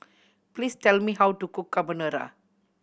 please tell me how to cook Carbonara